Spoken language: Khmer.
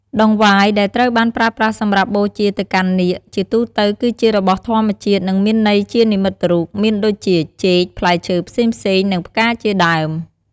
តង្វាយដែលត្រូវបានប្រើប្រាស់សម្រាប់បូជាទៅកាន់នាគ ជាទូទៅគឺជារបស់ធម្មជាតិ និងមានន័យជានិមិត្តរូប មានដូចជា ចេក ផ្លែឈើផ្សេងៗ និង ផ្កា ជាដើម។